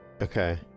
Okay